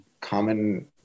common